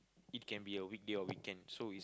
it can be a weekday or weekend so is